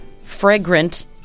Fragrant